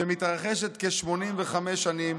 שמתרחשת כ-85 שנים